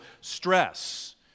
stress